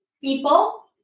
people